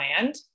land